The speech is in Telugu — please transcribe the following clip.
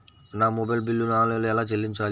నా మొబైల్ బిల్లును ఆన్లైన్లో ఎలా చెల్లించాలి?